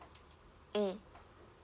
mm